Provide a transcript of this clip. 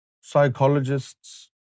Psychologists